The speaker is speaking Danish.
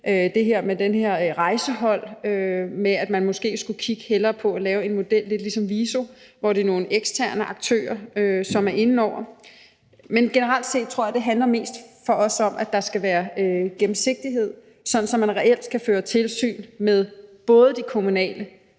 til det med det her rejsehold, altså at man måske hellere skulle kigge på at lave en model lidt ligesom VISO, hvor det er nogle eksterne aktører, som er inde over det. Men generelt set tror jeg, det handler mest om – det gør det for os – at der skal være gennemsigtighed, sådan at man reelt skal føre tilsyn med både de kommunale